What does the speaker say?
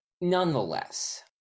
nonetheless